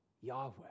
Yahweh